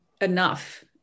enough